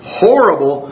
horrible